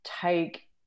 take